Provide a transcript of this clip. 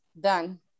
done